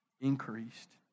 increased